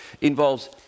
involves